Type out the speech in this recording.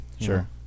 Sure